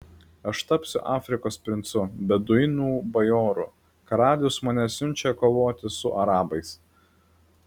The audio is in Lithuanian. aš tapsiu afrikos princu beduinų bajoru karalius mane siunčia kovoti su arabais